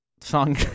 song